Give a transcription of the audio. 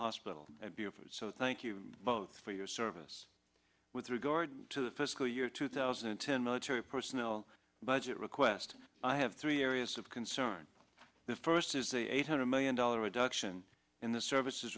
hospital so thank you both for your service with regard to the fiscal year two thousand and ten military personnel budget request i have three areas of concern the first is the eight hundred million dollar reduction in the services